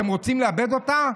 אתם רוצים לאבד אותה?